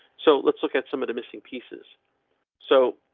so let's look at some of the missing pieces so.